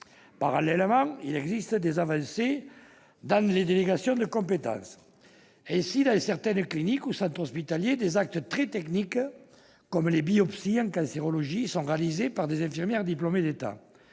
Parallèlement, il existe des avancées dans les délégations de compétences. Ainsi, dans certaines cliniques ou certains centres hospitaliers, des actes très techniques, comme les biopsies en cancérologie, sont réalisés par des infirmiers diplômés d'État.